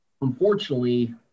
unfortunately